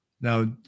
Now